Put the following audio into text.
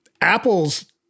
Apple's